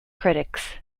critics